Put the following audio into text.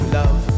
love